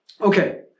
Okay